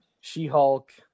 She-Hulk